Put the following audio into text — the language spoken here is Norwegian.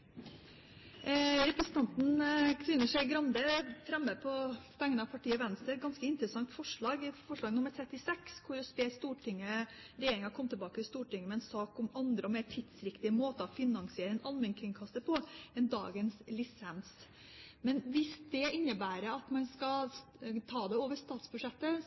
Representanten Trine Skei Grande fremmer på vegne av partiet Venstre et ganske interessant forslag, forslag nr. 36: «Stortinget ber regjeringen komme tilbake til Stortinget med en sak om andre og mer tidsriktige måter å finansiere en allmennkringkaster på enn dagens lisens.» Hvis det innebærer at man skal ta det over statsbudsjettet,